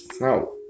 No